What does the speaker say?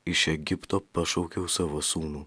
iš egipto pašaukiau savo sūnų